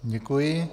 Děkuji.